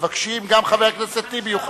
גם חבר הכנסת טיבי יוכל.